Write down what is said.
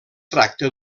tracta